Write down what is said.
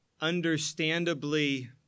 understandably